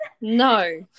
No